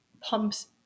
pumps